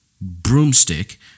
broomstick